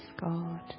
God